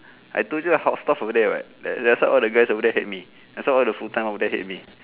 I told you how tough over that [what] that's why all the guys over there hate me thats why all the full time all there hate me